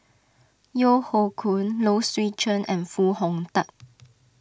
Yeo Hoe Koon Low Swee Chen and Foo Hong Tatt